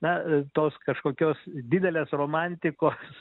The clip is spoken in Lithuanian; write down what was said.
na tos kažkokios didelės romantikos